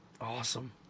Awesome